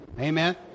amen